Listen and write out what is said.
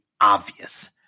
obvious